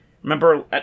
Remember